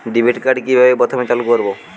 Debit card কিভাবে প্রথমে চালু করব?